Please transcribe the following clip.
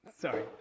Sorry